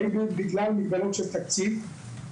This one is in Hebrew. היו בגלל מגבלות של תקציב.